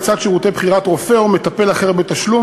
לצד שירותי בחירת רופא או מטפל אחר בתשלום,